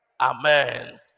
Amen